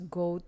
go